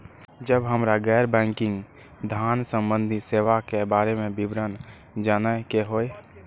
जब हमरा गैर बैंकिंग धान संबंधी सेवा के बारे में विवरण जानय के होय?